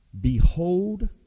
behold